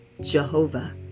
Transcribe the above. Jehovah